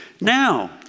Now